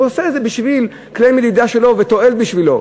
הוא עושה את זה בשביל כלי מדידה שלו ותועלת בשבילו.